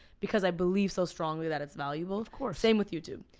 because i believe so strongly that it's valuable. of course. same with youtube.